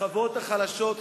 השכבות החלשות,